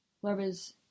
Whereas